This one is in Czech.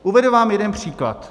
Uvedu vám jeden příklad.